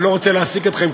אבל אני לא רוצה להעסיק אתכם,